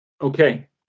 Okay